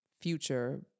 future